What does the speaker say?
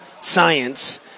science